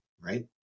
Right